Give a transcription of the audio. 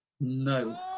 No